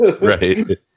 Right